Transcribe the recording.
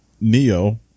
NEO